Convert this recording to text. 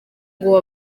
ngo